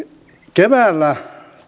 keväällä